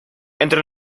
entre